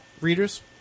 readers